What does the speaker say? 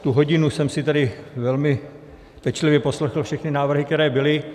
Tu hodinu jsem si tady velmi pečlivě poslechl všechny návrhy, které byly.